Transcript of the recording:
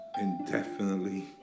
indefinitely